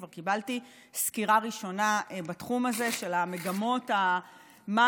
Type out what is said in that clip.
כבר קיבלתי סקירה ראשונה בתחום הזה של המגמות מה